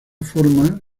forma